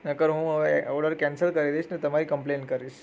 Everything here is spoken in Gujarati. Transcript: નકર હું હવે ઓર્ડર કેન્સલ કરી દઈશ ને તમારી કમ્પલેઇન કરીશ